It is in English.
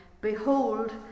Behold